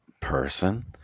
person